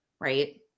right